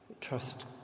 trust